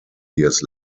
years